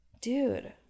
dude